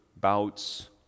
bouts